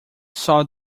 saw